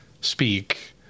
speak